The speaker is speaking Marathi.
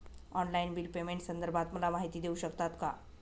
ऑनलाईन बिल पेमेंटसंदर्भात मला माहिती देऊ शकतात का?